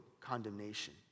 condemnation